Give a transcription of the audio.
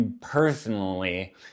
personally